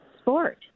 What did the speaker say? sport